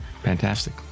Fantastic